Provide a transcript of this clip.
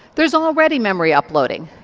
there's already memory uploading.